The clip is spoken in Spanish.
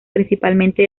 principalmente